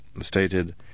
stated